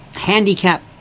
Handicap